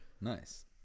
Nice